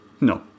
No